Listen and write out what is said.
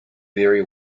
very